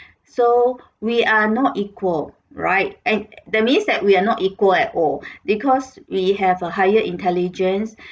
so we are not equal right and that means that we are not equal at all because we have a higher intelligence